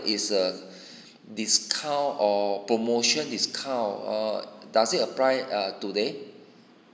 is a discount or promotion discount err does it apply uh today